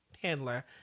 handler